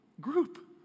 group